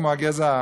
כמו הגזע הארי.